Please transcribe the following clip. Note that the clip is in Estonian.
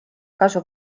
kasu